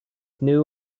knew